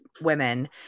women